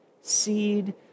seed